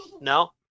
No